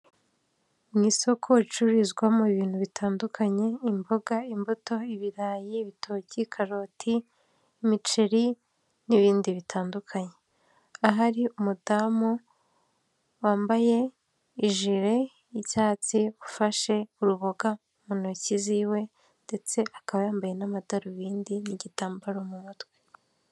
Mu isoko ricururizwamo ibintu bitandukanye: imboga, imbuto, ibirayi, ibitoki, karoti, imiceri n'ibindi bitandukanye. Ahari umudamu wambaye ijele y'icyatsi ufashe uruboga mu ntoki ziwe ndetse akaba yambaye n'amadarubindi n'igitambaro mu mutwe.